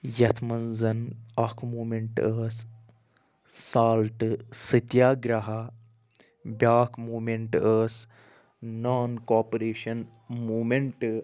یتھ مَنٛز زن اکھ موٗمیٚنٹہٕ ٲس سالٹہٕ ستیاگرٛاہا بیٛاکھ موٗمیٛنٹہٕ ٲس نان کاپوریشَن موٗمیٚنٹہٕ